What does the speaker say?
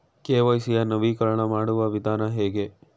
KYC ಯ ನವೀಕರಣ ಮಾಡುವ ವಿಧಾನ ಹೇಗೆ?